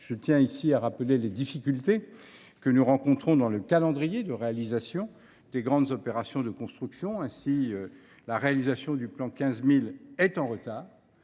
Je tiens à rappeler ici les difficultés que nous rencontrons dans le calendrier de réalisation des grandes opérations de construction. Ainsi, la réalisation du « plan 15 000 » est en retard